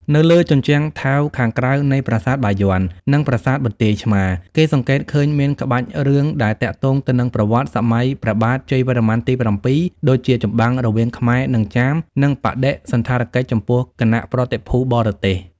នៅ លើជញ្ជាំងថែវខាងក្រៅនៃប្រាសាទបាយ័ននិងប្រាសាទបន្ទាយឆ្មារ គេសង្កេត ឃើញមានក្បាច់រឿងដែលទាក់ទងទៅនឹងប្រវត្តិសម័យព្រះបាទជ័យវរ្ម័នទី ៧ ដូចជាចម្បាំងរវាងខ្មែរនិងចាម និងបដិសណ្ឋារកិច្ចចំពោះគណៈប្រតិភូបរទេស។